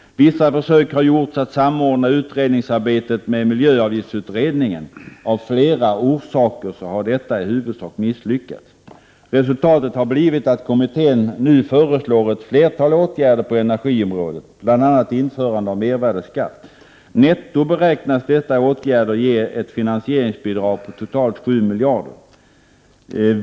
Vissa försök har gjorts att samordna utredningsarbetet med miljöavgiftsutredningen. Av flera orsaker har detta i huvudsak misslyckats. Resultatet har blivit att kommittén nu föreslår ett flertal åtgärder på energiområdet, bl.a. införandet av mervärdeskatt. Netto beräknas dessa åtgärder ge ett finansieringsbidrag på totalt 7 miljarder kronor.